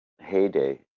heyday